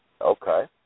Okay